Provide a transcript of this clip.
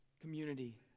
community